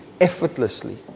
effortlessly